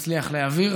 שנצליח להעביר.